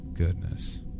Goodness